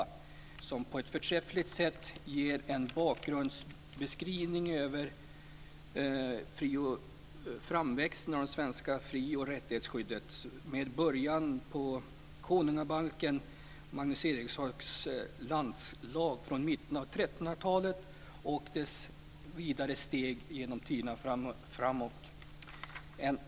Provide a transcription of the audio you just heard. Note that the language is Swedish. På ett förträffligt sätt ges här en bakgrundsbeskrivning av framväxten av det svenska fri och rättighetsskyddet, med början i konungabalken i Magnus Erikssons landslag från mitten av 1300-talet och de vidare stegen genom tiderna framåt.